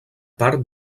part